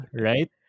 right